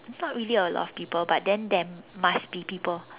it's not really a lot of people but then there must be people